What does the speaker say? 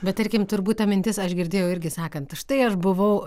bet tarkim turbūt ta mintis aš girdėjau irgi sakant štai aš buvau